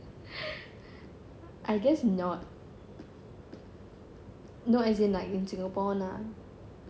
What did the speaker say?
I guess not no as in like in singapore lah